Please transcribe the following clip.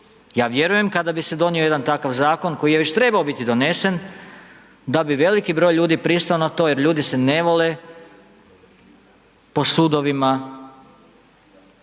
Ja vjerujem kada bi se donio jedan takav Zakon koji je već trebao biti donesen, da bi veliki broj ljudi pristao na to, jer ljudi se ne vole po sudovima